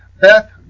Beth